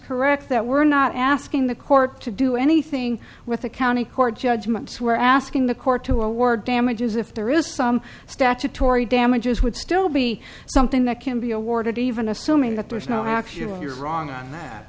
correct that we're not asking the court to do anything with a county court judgements were asking the court to award damages if there is some statutory damages would still be something that can be awarded even assuming that there is no actual you're wrong on that